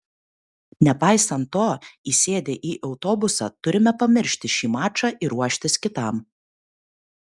nepaisant to įsėdę į autobusą turime pamiršti šį mačą ir ruoštis kitam